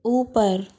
ऊपर